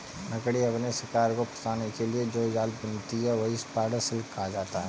मकड़ी अपने शिकार को फंसाने के लिए जो जाल बुनती है वही स्पाइडर सिल्क कहलाता है